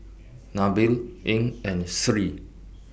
Nabil Ain and Sri